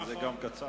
תודה